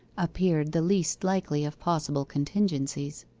appeared the least likely of possible contingencies.